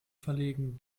verlegen